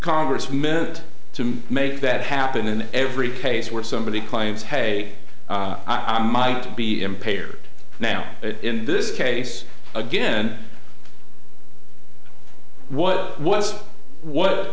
congress meant to make that happen in every case where somebody claims hey i might be impaired now in this case again what was what